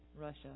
Russia